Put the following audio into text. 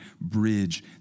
bridge